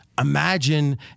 imagine